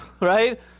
right